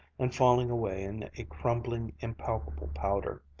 and falling away in a crumbling, impalpable powder.